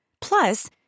Plus